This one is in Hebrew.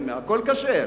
הכול כשר.